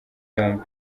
yombi